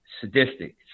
sadistic